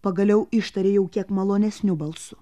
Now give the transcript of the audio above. pagaliau ištarė jau kiek malonesniu balsu